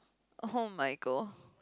oh Michael